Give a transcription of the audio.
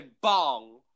bong